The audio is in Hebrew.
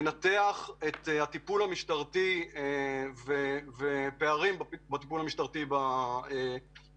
לנתח את הטיפול המשטרתי ואת הפערים בטיפול ובסופו